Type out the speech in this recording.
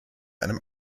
einem